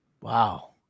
Wow